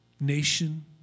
nation